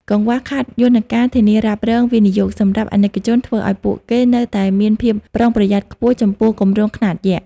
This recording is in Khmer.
កង្វះខាតយន្តការ "ធានារ៉ាប់រងវិនិយោគ" សម្រាប់អាណិកជន ធ្វើឱ្យពួកគេនៅតែមានភាពប្រុងប្រយ័ត្នខ្ពស់ចំពោះគម្រោងខ្នាតយក្ស។